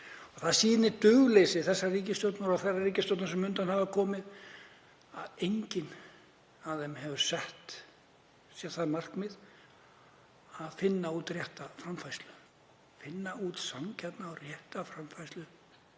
Það sýnir dugleysi þessarar ríkisstjórnar og þeirra ríkisstjórna sem á undan hafa komið að engin af þeim hefur sett sér það markmið að finna út rétta framfærslu, finna út sanngjarna og rétta framfærslu